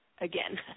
again